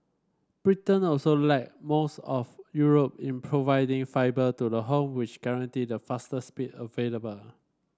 Britain also lag most of Europe in providing fibre to the home which guarantee the fastest speed available